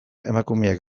emakumeak